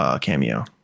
cameo